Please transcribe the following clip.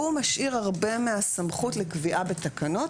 הוא משאיר הרבה מהסמכות לקביעה בתקנות,